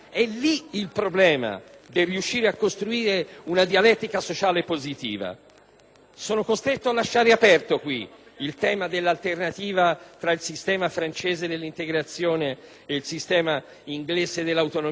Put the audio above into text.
il tema dell'alternativa tra il sistema francese dell'integrazione e il sistema inglese dell'autonomia culturale perché è troppo ampio. Voglio dire ai colleghi della Lega, che parlano continuamente delle loro radici culturali